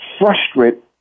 frustrated